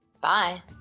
Bye